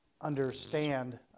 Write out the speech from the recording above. understand